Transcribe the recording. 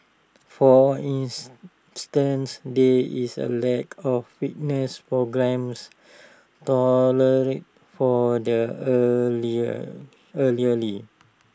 for instance there is A lack of fitness programmes tailored for their